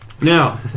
Now